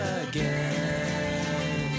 again